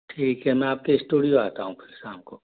ठीक है मैं आपके स्टूडियो आता हूँ फिर शाम को